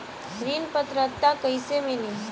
ऋण पात्रता कइसे मिली?